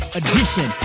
edition